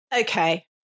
Okay